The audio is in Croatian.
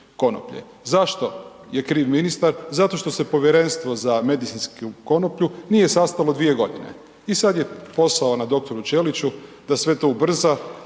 Zašto je kriv ministar? Zato što se Povjerenstvo za medicinsku konoplju nije sastalo 2 godine. I sad je posao na dr. Ćeliću da sve to ubrza